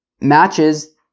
matches